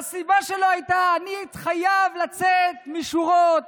והסיבה שלו הייתה: אני חייב לצאת משורות